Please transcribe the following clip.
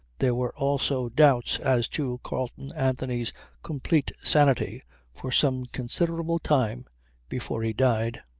there were also doubts as to carleon anthony's complete sanity for some considerable time before he died.